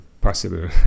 possible